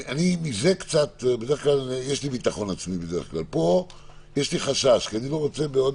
בדרך כלל יש לי ביטחון עצמו אבל פה יש לי חשש כי אני לא רוצה שבעוד